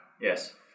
Yes